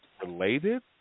related